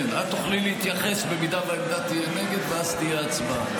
תוכלי להתייחס אם העמדה תהיה נגד, ואז תהיה הצבעה.